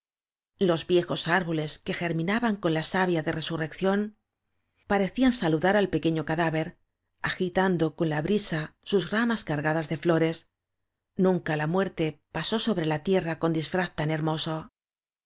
los viejos árboles que germinaban con la savia de resurrección parecían saludar al pe queño cadáver agitando con la brisa sus ra mas cargadas de flores nunca la muerte pasó sobre la tierra con disfraz tan hermoso